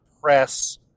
press